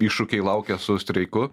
iššūkiai laukia su streiku